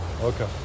Okay